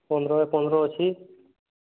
ପନ୍ଦର ବାଇ ପନ୍ଦର ଅଛି